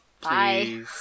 bye